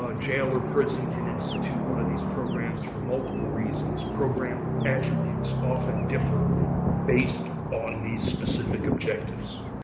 ah jail or prison can institute one of these programs for multiple reasons, program attributes often differ based on these specific objectives.